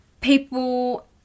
people